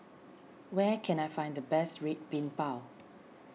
where can I find the best Red Bean Bao